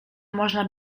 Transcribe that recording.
można